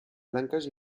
blanques